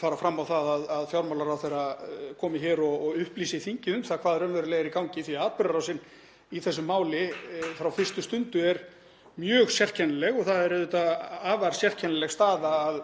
fara fram á að fjármálaráðherra komi hér og upplýsi þingið um það hvað raunverulega er í gangi því að atburðarásin í þessu máli frá fyrstu stundu er mjög sérkennileg. Það er afar sérkennileg staða að